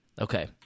Okay